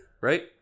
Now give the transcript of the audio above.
Right